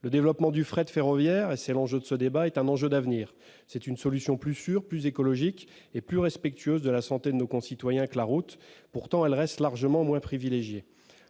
Le développement du fret ferroviaire est un enjeu d'avenir. C'est une solution plus sûre, plus écologique et plus respectueuse de la santé de nos concitoyens que la route. Pourtant, elle reste largement moins privilégiée.